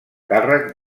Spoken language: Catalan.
càrrec